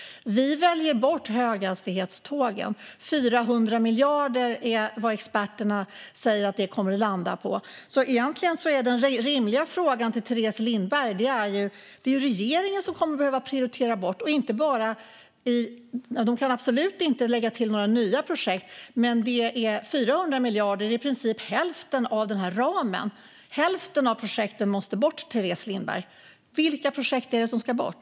Vi väljer bort höghastighetstågen. 400 miljarder kronor är vad experterna säger att kostnaden för dem kommer att landa på. Egentligen är det rimliga som jag vill säga till Teres Lindberg att det är regeringen som kommer att behöva prioritera bort. Regeringen kan absolut inte lägga till några nya projekt. Men det handlar om 400 miljarder kronor, i princip hälften av denna ram. Hälften av projekten måste alltså bort, Teres Lindberg. Vilka projekt är det som ska bort?